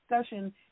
discussion